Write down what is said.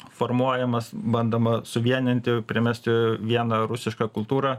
formuojamas bandoma suvieninti primesti vieną rusišką kultūrą